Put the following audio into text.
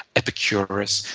epicurus,